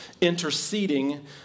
interceding